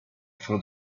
for